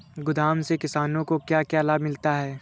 गोदाम से किसानों को क्या क्या लाभ मिलता है?